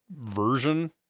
version